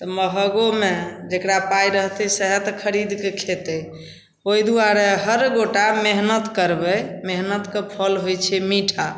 तऽ महगोमे जकरा पाइ रहतै सएह तऽ खरिदके खेतै ओहि दुआरे हर गोटा मेहनति करबै मेहनतिके फल होइ छै मीठा